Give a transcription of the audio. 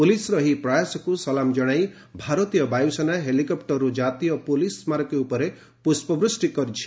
ପୋଲିସର ଏହି ପ୍ରୟାସକୁ ସଲାମ ଜଣାଇ ଭାରତୀୟ ବାୟୁସେନା ହେଲିକପ୍ଟରରୁ ଜାତୀୟ ପୁଲିସ ସ୍କାରକୀ ଉପରେ ପୁଷ୍ପବୃଷ୍ଟି କରାଯାଇଛି